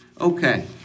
Okay